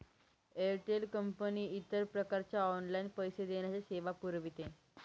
Airtel company इतर प्रकारच्या online पैसे देण्याच्या सेवा पुरविते